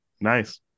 Nice